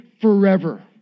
forever